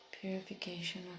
Purification